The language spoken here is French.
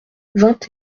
vingt